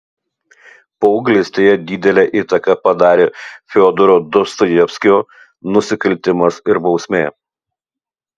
paauglystėje didelę įtaką padarė fiodoro dostojevskio nusikaltimas ir bausmė